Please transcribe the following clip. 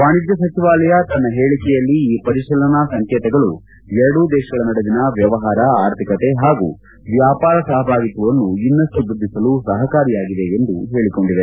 ವಾಣಿಜ್ಯ ಸಚಿವಾಲಯ ತನ್ನ ಹೇಳಕೆಯಲ್ಲಿ ಈ ಪರಿತೀಲನಾ ಸಂಕೇತಗಳು ಎರಡೂ ದೇಶಗಳ ನಡುವಿನ ವ್ಲವಹಾರ ಆರ್ಥಿಕತೆ ಹಾಗೂ ವ್ಯಾಪಾರ ಸಹಭಾಗಿತ್ವವನ್ನು ಇನ್ನಷ್ಟು ವೃದ್ಧಿಸಲು ಸಹಕಾರಿಯಾಗಿವೆ ಎಂದು ಹೇಳಿಕೊಂಡಿದೆ